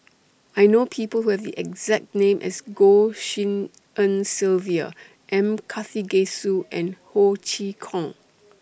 I know People Who Have The exact name as Goh Tshin En Sylvia M Karthigesu and Ho Chee Kong